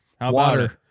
water